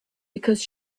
because